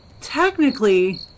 technically